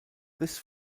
this